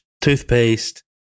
toothpaste